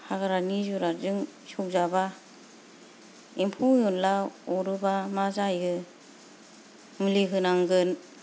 हाग्रानि जिरादजों सौजाबा एमफौ एनला अरोबा मा जायो मुलि होनांगोन